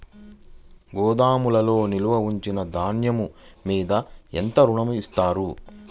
గోదాములో నిల్వ ఉంచిన ధాన్యము మీద ఎంత ఋణం ఇస్తారు?